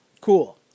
cool